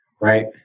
Right